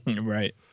Right